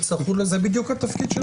זה בדיוק התפקיד שלנו.